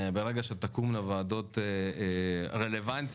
כאשר יקומו הוועדות הרלוונטיות